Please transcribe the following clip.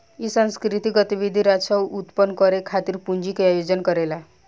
इ सांस्कृतिक गतिविधि राजस्व उत्पन्न करे खातिर पूंजी के आयोजन करेला